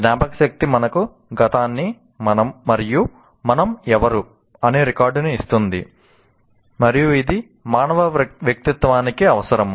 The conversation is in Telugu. జ్ఞాపకశక్తి మనకు గతాన్ని మరియు 'మనం ఎవరు' అనే రికార్డును ఇస్తుంది మరియు ఇది మానవ వ్యక్తిత్వానికి అవసరం